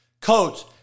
Coach